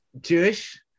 Jewish